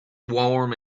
warm